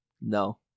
No